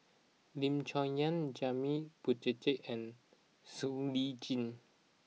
Lim Chong Yah Janil Puthucheary and Siow Lee Chin